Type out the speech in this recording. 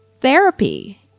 therapy